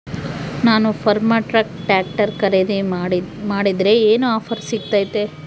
ನಾನು Farmtrac tractor ಖರೇದಿ ಮಾಡಿದ್ರೆ ಏನು ಆಫರ್ ಸಿಗ್ತೈತಿ?